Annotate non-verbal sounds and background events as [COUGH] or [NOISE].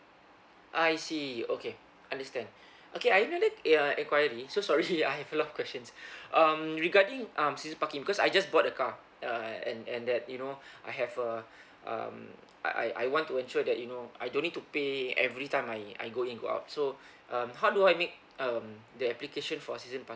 I see okay understand okay I have another ya enquiry so sorry [LAUGHS] I have a lot of questions um regarding um season parking because I just bought a car uh and and that you know I have a um I I I want to ensure that you know I don't need to pay every time I I go in go out so um how do I make um the application for season